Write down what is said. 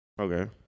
Okay